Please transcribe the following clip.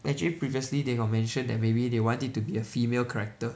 actually previously they got mention that maybe they want it to be a female character